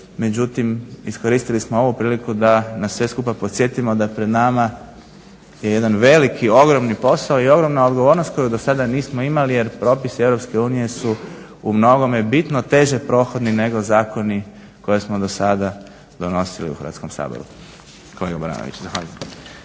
međutim iskoristili smo ovu priliku da na sve skupa podsjetimo da pred nama je jedan veliki ogromni posao i ogromna odgovornost koju do sada nismo imali jer propisi EU su u mnogome bitno teže prohodni nego zakoni koje smo do sada donosili u Hrvatskom saboru.